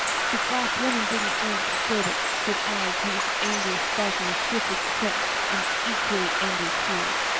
she flashed one indignant glance at gilbert from eyes whose angry sparkle was swiftly quenched in equally angry tears.